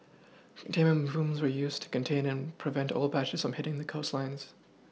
containment booms were used to contain and prevent oil patches from hitting the coastlines